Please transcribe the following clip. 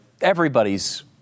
everybody's